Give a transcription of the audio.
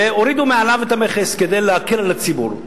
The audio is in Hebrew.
והורידו מעליו את המכס, כדי להקל על הציבור.